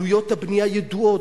עלויות הבנייה ידועות,